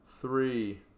three